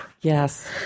Yes